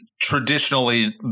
traditionally